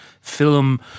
film